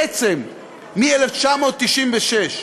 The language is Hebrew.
בעצם מ-1996,